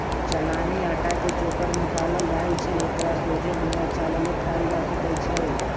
चलानि अटा के चोकर निकालल रहै छइ एकरा सोझे बिना चालले खायल जा सकै छइ